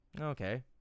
okay